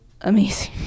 amazing